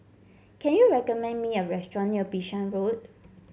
can you recommend me a restaurant near Bishan Road